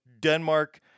Denmark